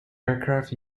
aircraft